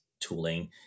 tooling